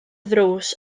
ddrws